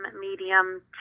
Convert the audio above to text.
medium